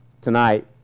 tonight